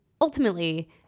ultimately